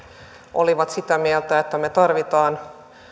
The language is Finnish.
olivat sitä mieltä että me tarvitsemme